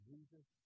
Jesus